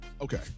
Okay